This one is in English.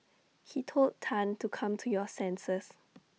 he told Tan to come to your senses